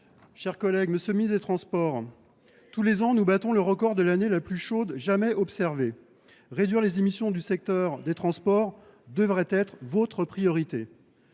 – Kanaky. Monsieur le ministre délégué chargé des transports, tous les ans, nous battons le record de l’année la plus chaude jamais observée. Réduire les émissions du secteur des transports devrait donc être votre priorité.